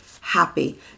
happy